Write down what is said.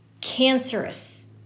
cancerous